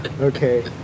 Okay